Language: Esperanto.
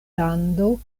lando